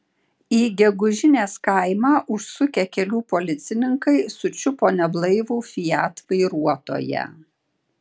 į gegužinės kaimą užsukę kelių policininkai sučiupo neblaivų fiat vairuotoją